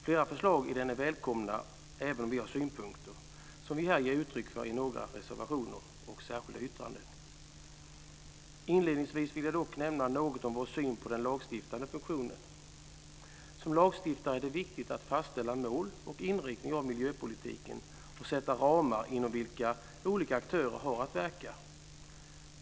Flera förslag i den är välkomna, även om vi har synpunkter som vi här ger uttryck för i några reservationer och särskilda yttranden. Inledningsvis vill jag dock nämna något om vår syn på den lagstiftande funktionen. Som lagstiftare är det viktigt att fastställa mål för och inriktning av miljöpolitiken och sätta ramar inom vilka olika aktörer har att verka.